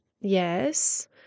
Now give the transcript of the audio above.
Yes